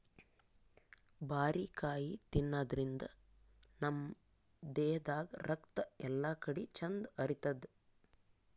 ಬಾರಿಕಾಯಿ ತಿನಾದ್ರಿನ್ದ ನಮ್ ದೇಹದಾಗ್ ರಕ್ತ ಎಲ್ಲಾಕಡಿ ಚಂದ್ ಹರಿತದ್